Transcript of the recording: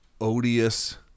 odious